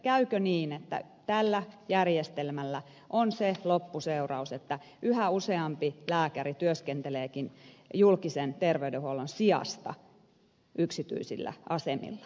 käykö niin että tällä järjestelmällä on se loppuseuraus että yhä useampi lääkäri työskenteleekin julkisen terveydenhuollon sijasta yksityisillä asemilla